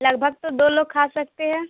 لگ بھگ تو دو لوگ کھا سکتے ہیں